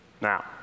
Now